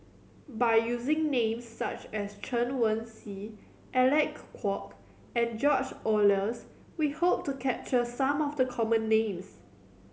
by using names such as Chen Wen Hsi Alec Kuok and George Oehlers we hope to capture some of the common names